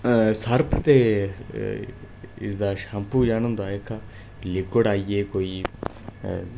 Surf ते इसदा shampoo जन होंदा एह्का ल्यूकड आई ऐ कोई